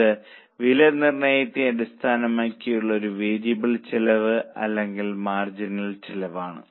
ഇത് വില നിർണയത്തെ അടിസ്ഥാനമാക്കിയുള്ള ഒരു വേരിയബിൾ ചെലവ് അല്ലെങ്കിൽ മാർജിനൽ ചെലവാണ്